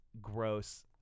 gross